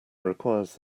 requires